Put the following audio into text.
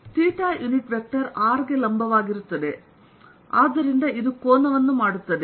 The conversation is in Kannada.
ಥೀಟಾ ಯುನಿಟ್ ವೆಕ್ಟರ್ r ಗೆ ಲಂಬವಾಗಿರುತ್ತದೆ ಆದ್ದರಿಂದ ಇದು ಕೋನವನ್ನು ಮಾಡುತ್ತದೆ